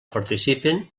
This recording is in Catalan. participen